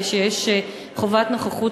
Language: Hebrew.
תקשיבו,